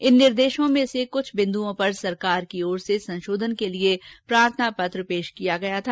इन निर्देशो में से कृछ बिन्दू पर सरकार की ओर से संशोधन करने के लिए प्रार्थना पत्र पेश किया गया था